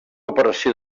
operació